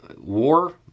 war